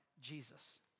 Jesus